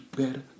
better